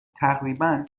تقریبا